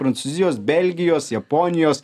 prancūzijos belgijos japonijos